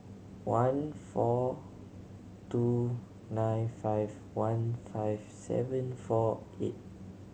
one four two nine five one five seven four eight